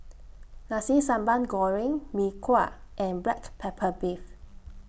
Nasi Sambal Goreng Mee Kuah and Black Pepper Beef